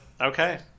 Okay